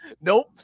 Nope